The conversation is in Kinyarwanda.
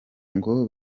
ngo